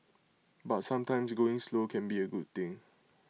but sometimes going slow can be A good thing